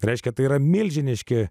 reiškia tai yra milžiniški